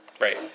Right